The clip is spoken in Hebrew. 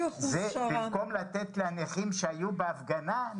במקום לתת לנכים שהיו בהפגנה,